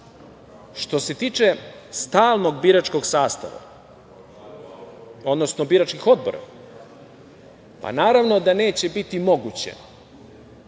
se tiče stalnog biračkog sastava, odnosno biračkih odbora, pa naravno da neće biti moguće